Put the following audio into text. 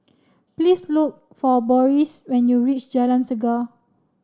please look for Boris when you reach Jalan Chegar